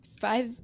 Five